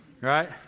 Right